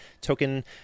token